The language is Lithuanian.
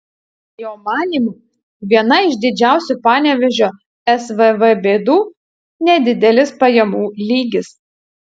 jo manymu viena iš didžiausių panevėžio svv bėdų nedidelis pajamų lygis